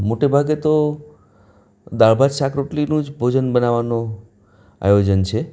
મોટાભાગે તો દાળભાત શાક રોટલીનું જ ભોજન બનાવાનું આયોજન છે